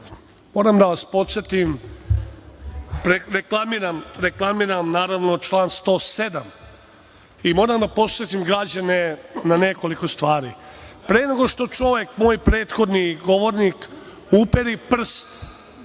moram da vas podsetim, reklamiram član 107. Poslovnika i moram da podsetim građane na nekoliko stvari. Pre nego što čovek, moj prethodni govornik uperi prst